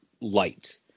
Light